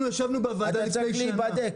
אתה צריך להיבדק.